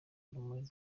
urumuri